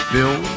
Bill